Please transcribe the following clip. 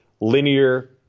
linear